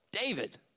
David